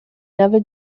never